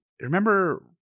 Remember